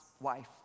wife